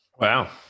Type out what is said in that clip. Wow